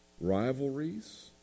Rivalries